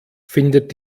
findet